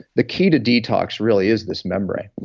the key to detox really is this membrane.